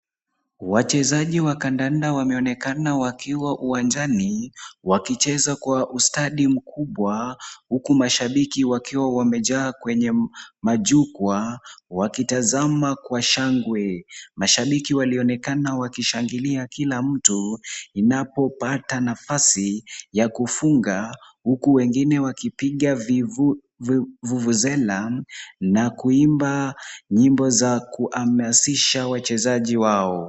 Wachezaji wa kandanda wanaonekana wakiwa uwanjani wakicheza kwa ustadi mkubwa huku mashabiki wakiwa wamejaa kwenye majukwaa wakitazama kwa shangwe. Mashabiki walionekana wakishangilia kila mtu inapo pata nafasi ya kufunga huku wengine wakipiga vuvuzela na kuimba nyimbo za kuhamasisha wachezaji wao.